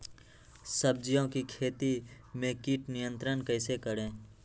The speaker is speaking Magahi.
सब्जियों की खेती में कीट नियंत्रण कैसे करें?